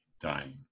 dying